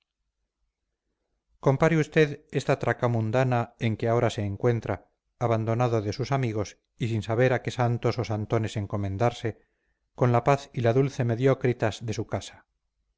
compare usted esta tracamundana en que ahora se encuentra abandonado de sus amigos y sin saber a qué santos o santones encomendarse con la paz y la dulce mediócritasde su casa